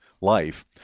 life